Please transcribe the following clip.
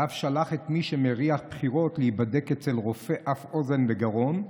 ואף שלח את מי שמריח בחירות להיבדק אצל רופא אף אוזן וגרון.